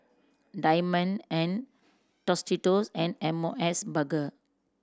Diamond and Tostitos and M O S Burger